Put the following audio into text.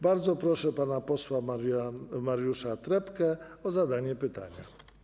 Bardzo proszę pana posła Mariusza Trepkę o zadanie pytania.